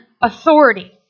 authority